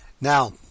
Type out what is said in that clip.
Now